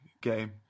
game